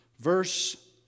Verse